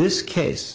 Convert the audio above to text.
this case